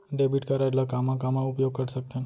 Debit card ला कामा कामा उपयोग कर सकथन?